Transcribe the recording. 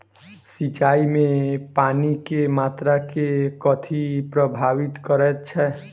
सिंचाई मे पानि केँ मात्रा केँ कथी प्रभावित करैत छै?